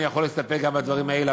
אני יכול להסתפק גם בדברים האלה,